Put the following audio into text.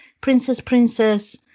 princess-princess